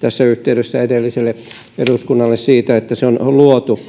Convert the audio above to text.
tässä yhteydessä edelliselle eduskunnalle siitä että se on luotu